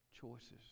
choices